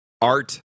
art